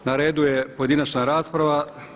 Na redu je pojedinačna rasprava.